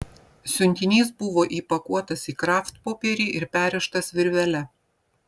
siuntinys buvo įpakuotas į kraftpopierį ir perrištas virvele